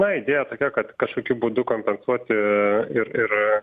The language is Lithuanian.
na idėja tokia kad kažkokiu būdu kompensuoti ir ir